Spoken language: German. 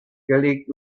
gelegt